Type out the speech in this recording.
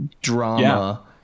drama